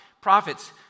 Prophets